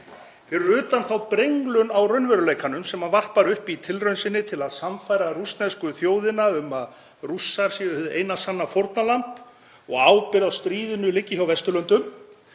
Fyrir utan þá brenglun á raunveruleikanum sem hann varpar upp í tilraun sinni til að sannfæra rússnesku þjóðina um að Rússar séu hið eina sanna fórnarlamb og ábyrgð á stríðinu liggi hjá Vesturlöndum,